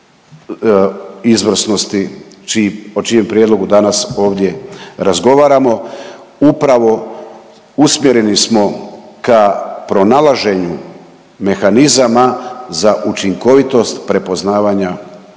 izvrsnosti o čijem prijedlogu danas ovdje razgovaramo, upravo usmjereni smo ka pronalaženju mehanizama za učinkovitost prepoznavanja